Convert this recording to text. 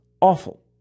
awful